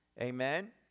Amen